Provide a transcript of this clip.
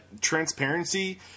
transparency